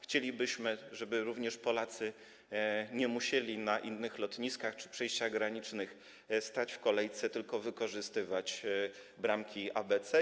Chcielibyśmy, żeby również Polacy nie musieli na innych lotniskach czy przejściach granicznych stać w kolejce, tylko wykorzystywali bramki ABC.